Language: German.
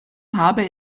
habe